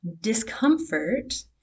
discomfort